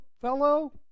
fellow